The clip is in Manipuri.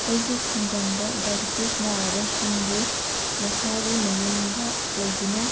ꯑꯩꯒꯤ ꯈꯨꯡꯒꯪꯗ ꯗꯥꯏꯕꯤꯇꯤꯁ ꯅꯥꯔꯕꯁꯤꯡꯕꯨ ꯃꯁꯥꯒꯤ ꯃꯌꯨꯝꯗ ꯂꯩꯗꯨꯅ